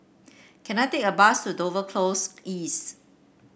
can I take a bus to Dover Close East